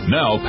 Now